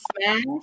smash